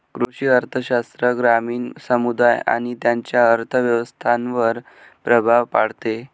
कृषी अर्थशास्त्र ग्रामीण समुदाय आणि त्यांच्या अर्थव्यवस्थांवर प्रभाव पाडते